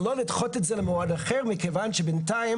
ולא לדחות את זה למועד אחר מכיוון שבינתיים